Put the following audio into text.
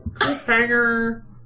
Hanger